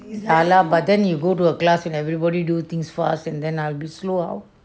ya lah but then you go to a class when everybody do things for us and then I'll be slow how